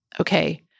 Okay